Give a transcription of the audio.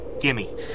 Gimme